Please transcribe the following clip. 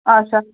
اچھا